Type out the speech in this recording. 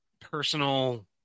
personal